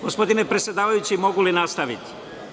Gospodine predsedavajući mogu li nastaviti?